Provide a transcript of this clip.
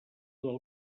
del